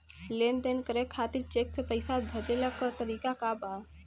लेन देन करे खातिर चेंक से पैसा भेजेले क तरीकाका बा?